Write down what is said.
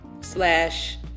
slash